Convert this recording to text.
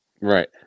right